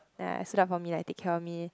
ya stood up for me like take care of me